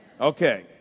Okay